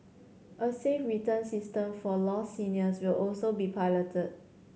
a safe return system for lost seniors will also be piloted